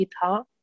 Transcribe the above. guitar